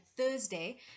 Thursday